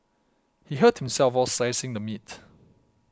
he hurt himself while slicing the meat